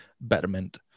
betterment